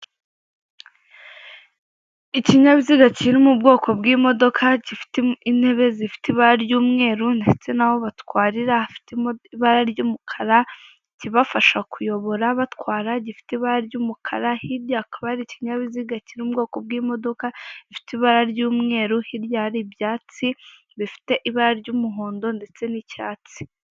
Ikinyabiziga kiri mu bwoko bw'imodoka, gifite intebe zifite ibara ry'umweru ndetse n'aho batwarira hafite ibara ry'umukara, ikibafasha kuyobora batwara gifite ibara ry'umukara. Hirya hakaba hari ikinyabiziga kiri mu bwoko bw'imodoka, gifite ibara ry'umweru. Hirya hari ibyatsi bifite ibara ry'umuhondo ndetse n'icyatsi.